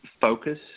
focus